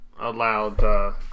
allowed